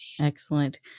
Excellent